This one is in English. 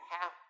half